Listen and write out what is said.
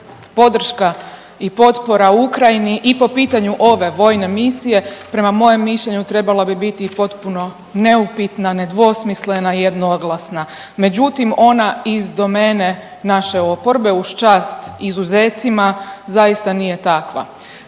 podrška i potpora Ukrajini i po pitanju ove vojne misije prema mojem mišljenju trebala bi biti potpuno neupitna, nedvosmislena i jednoglasna, međutim ona iz domene naše oporbe uz čast izuzecima zaista nije takva.